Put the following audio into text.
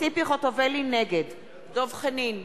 דב חנין,